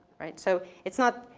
right, so, it's not,